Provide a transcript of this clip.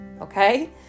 okay